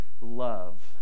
love